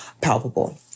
palpable